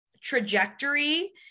trajectory